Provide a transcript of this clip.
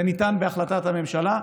זה ניתן בהחלטת הממשלה.